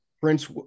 Prince